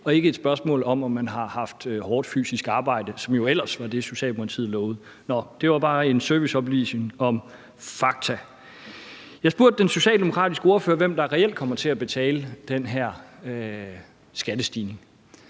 og ikke et spørgsmål om, om man har haft hårdt fysisk arbejde, som jo ellers var det, Socialdemokratiet lovede. Nå, det var bare en serviceoplysning med fakta. Jeg spurgte den socialdemokratiske ordfører, hvem der reelt kommer til at betale den her skattestigning.